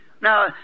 Now